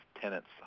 tenant's